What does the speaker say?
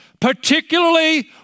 Particularly